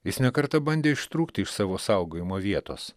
jis ne kartą bandė ištrūkti iš savo saugojimo vietos